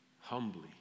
humbly